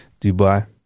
Dubai